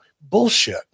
Bullshit